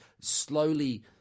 slowly